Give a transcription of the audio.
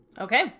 Okay